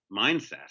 mindset